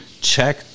check